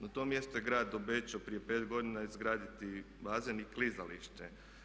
Na tom mjestu je grad obećao prije pet godina izgraditi bazen i klizalište.